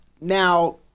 Now